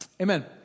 Amen